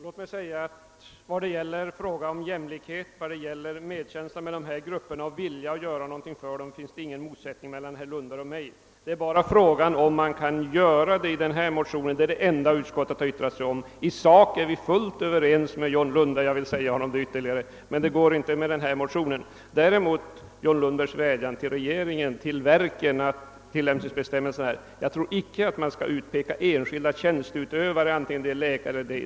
Herr talman! Vad gäller jämlikhet, medkänsla med dessa grupper och vilja att göra någonting för dem finns det ingen motsättning mellan herr Lundberg och mig. Frågan är bara om man kan göra något i detta avseende genom denna motion — det är det enda utskot tet har yttrat sig om. I sak är vi fullt överens med John Lundberg. Beträffande John Lundbergs vädjan till regeringen och till verken av tilllämpningsbestämmelserna tror jag icke att man skall utpeka enskilda tjänsteutövare, t.ex. läkare.